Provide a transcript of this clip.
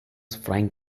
frying